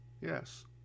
Yes